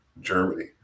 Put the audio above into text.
Germany